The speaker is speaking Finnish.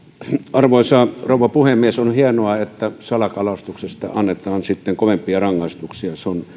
arvoisa rouva puhemies on hienoa että salakalastuksesta annetaan kovempia rangaistuksia se on